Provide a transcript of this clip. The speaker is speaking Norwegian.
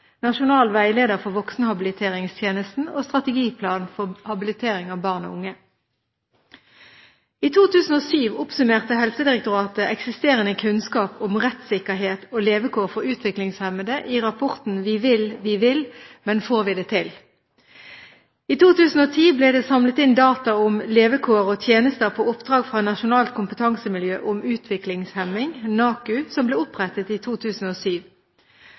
nasjonal veileder for voksenhabiliteringstjenesten og strategiplan for habilitering av barn og unge. I 2007 oppsummerte Helsedirektoratet eksisterende kunnskap om rettssikkerhet og levekår for utviklingshemmede i rapporten Vi vil, vi vil, men får vi det til? I 2010 ble det samlet inn data om levekår og tjenester på oppdrag fra Nasjonalt kompetansemiljø om utviklingshemning, NAKU, som ble opprettet i 2007.